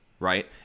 right